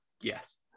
Yes